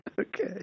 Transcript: Okay